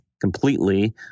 completely